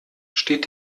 steht